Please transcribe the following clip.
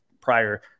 prior